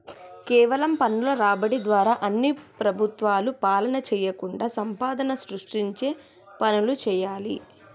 కేవలం పన్నుల రాబడి ద్వారా అన్ని ప్రభుత్వాలు పాలన చేయకుండా సంపదను సృష్టించే పనులు చేయాలి